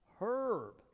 herb